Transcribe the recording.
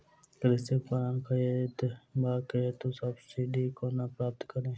कृषि उपकरण खरीदबाक हेतु सब्सिडी कोना प्राप्त कड़ी?